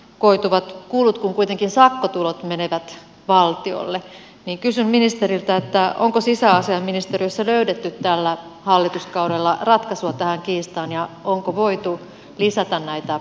koituvat kulut kun kuitenkin sakkotulot menevät valtiolle niin kysyn ministeriltä että onko sisäasiainministeriössä löydetty tällä hallituskaudella ratkaisua tähän kiistaan ja onko voitu lisätä näitä